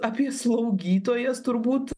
apie slaugytojas turbūt